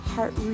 Heart